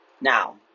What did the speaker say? Now